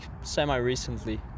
semi-recently